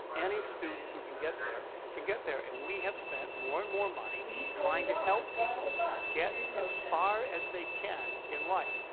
any student who can get there can get there. and we have spent more and more money trying to help people get as far as they can in life.